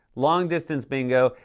long-distance bingo,